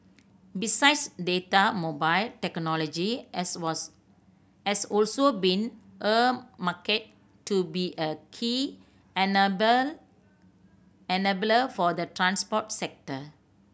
besides data mobile technology has has also been earmarked to be a key enable enabler for the transport sector